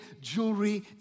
jewelry